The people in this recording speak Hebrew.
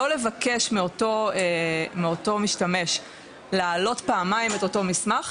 לא לבקש מאותו משתמש להעלות פעמיים את אותו מסמך,